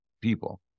people